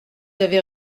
avez